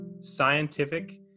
scientific